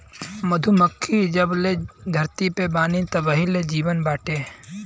मधुमक्खी जबले धरती पे बानी तबही ले जीवन भी बाटे